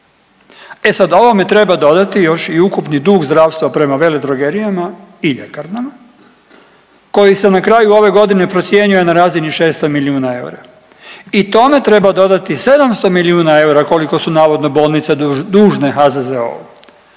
E sad ovome treba dodati još i ukupni dug zdravstva prema veledrogerijama i ljekarnama koji se na kraju ove godine procjenjuje na razini 600 milijuna eura. I tome treba dodati 700 milijuna eura koliko su navodno bolnice dužne HZZO-u.